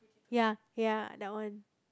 ya ya that one